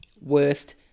Worst